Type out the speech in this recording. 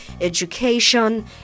education